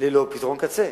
ללא פתרון קצה.